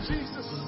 Jesus